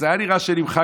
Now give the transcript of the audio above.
אז היה נראה שנמחק,